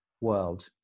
world